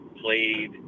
played